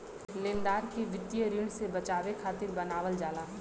लेनदार के वित्तीय ऋण से बचावे खातिर बनावल जाला